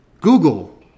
Google